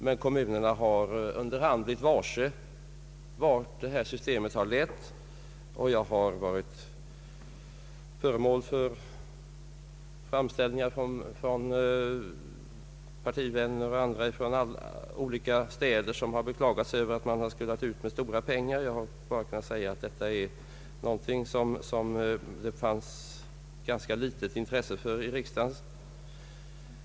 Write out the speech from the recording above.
Men kommunerna har under hand blivit varse vart detta system har lett, och det har gjorts framställningar från partivänner och andra och från olika städer som har beklagat sig över att kommunerna fått ligga ute med stora pengar. Men det fanns som sagt 1967 i riksdagen ganska litet intresse för den sidan av saken.